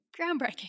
Groundbreaking